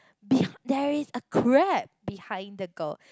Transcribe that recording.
beh~ there is a crab behind the girl